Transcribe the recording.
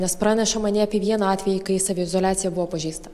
nes pranešama ne apie vieną atvejį kai saviizoliacija buvo pažeista